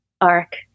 arc